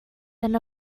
than